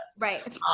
Right